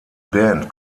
band